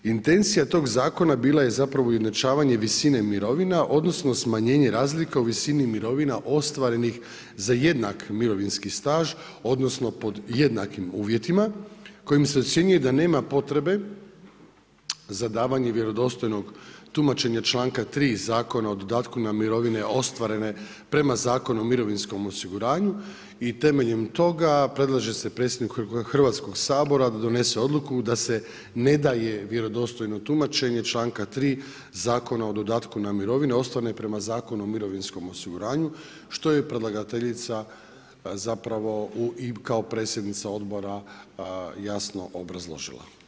Intencija tog zakona bila je ujednačavanje visine mirovina, odnosno smanjenje razlika u visini mirovina ostvarenih za jednak mirovinski staž, odnosno pod jednakim uvjetima kojim se ocjenjuje da nema potrebe za davanje vjerodostojnog tumačenja članka 3. Zakona o dodatku na mirovine ostvarene prema Zakonu o mirovinskom osiguranju i temeljem toga predlaže se predsjedniku Hrvatskog sabora da donese odluku da se ne daje vjerodostojno tumačenje članka 3. Zakona o dodatku na mirovine ostvarene prema Zakonu o mirovinskom osiguranju, što je predlagateljica zapravo i kao predsjednica odbora jasno obrazložila.